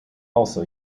also